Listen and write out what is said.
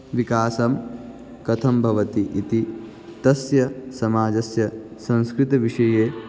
विकासं कथं भवति इति तस्य समाजस्य संस्कृतिविषये